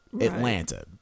Atlanta